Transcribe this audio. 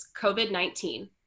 COVID-19